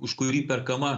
už kurį perkama